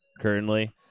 currently